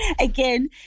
Again